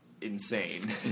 insane